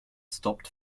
stopped